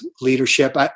leadership